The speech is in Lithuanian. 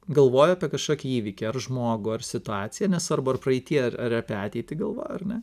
galvoju apie kažkokį įvykį ar žmogų ar situaciją nesvarbu ar praeity ar ar ateitį galvoju ar ne